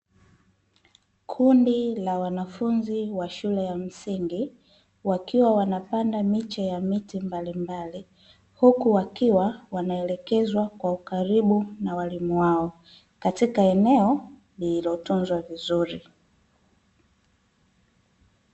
Kundi la wanafunzi wa shule ya msingi, wakiwa wanapanda miche ya miti mbalimbali, huku wakiwa , wanaelekezwa kwa ukaribu na walimu wao, katika eneo lililotunzwa vizuri.